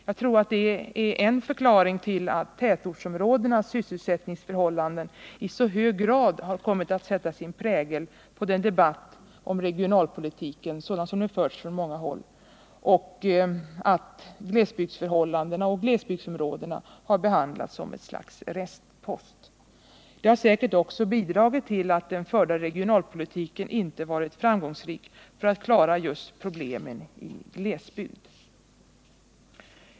Jag tror detta är en förklaring till att tätortsområdenas sysselsättningsförhållanden i så hög grad kommit att sätta sin prägel på debatten om regionalpolitiken sådan som den förts från många håll och att glesbygdsförhållandena och glesbygdsområdena har behandlats som ett slags ”restpost”. Det har säkert också bidragit till att den förda regionalpolitiken inte varit framgångsrik när det gällt att klara just problemen i glesbygd.